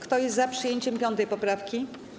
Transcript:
Kto jest za przyjęciem 5. poprawki?